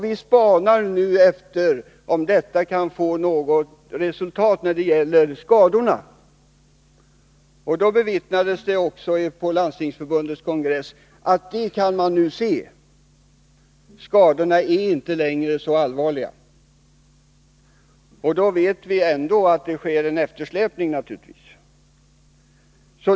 Vi spanar efter om detta skall få något resultat i fråga om skadorna. På Landstingsförbundets kongress bevittnades också att man kan se detta; skadorna är inte längre så allvarliga. Ändå vet vi att det naturligtvis sker en eftersläpning.